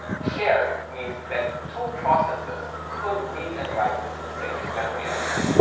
shared means, that two processes could read and write this same memory area.